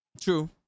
True